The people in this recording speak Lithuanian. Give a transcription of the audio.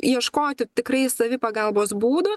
ieškoti tikrai savipagalbos būdo